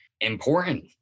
important